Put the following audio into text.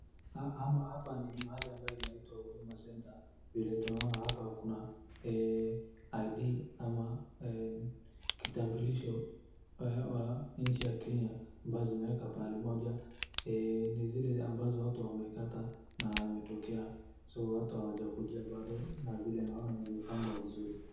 Hapa ni mahali ambayo inaitwa huduma center. Vile tunaona hapa kuna Id ama kitambulisho ya nchi ya kenya ambazo zimewekwa mahali pamoja ni zile ambazo watu wamekata na ametokea zote watu hawajakujia bado ,vile naona imepangwa vizuri.